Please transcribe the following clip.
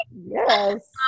Yes